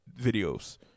videos